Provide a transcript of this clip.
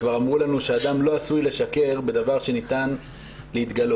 כבר אמרו לנו שאדם לא עשוי לשקר בדבר שניתן להתגלות.